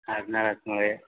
ಹದಿನಾಲ್ಕು ನೂರಾ